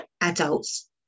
adults